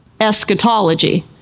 eschatology